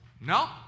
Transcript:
No